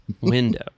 window